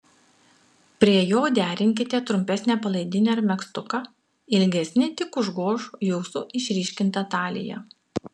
prie jo derinkite trumpesnę palaidinę ar megztuką ilgesni tik užgoš jūsų išryškintą taliją